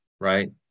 Right